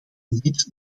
niet